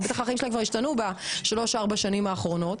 בטח החיים שלהם השתנו בשלוש-ארבע השנים האחרונות.